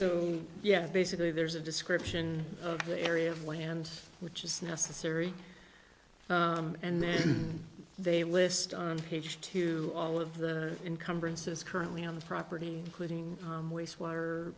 so yeah basically there's a description of the area of land which is necessary and then they list on page two all of the encumbrances currently on the property including wastewater